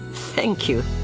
thank you.